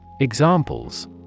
Examples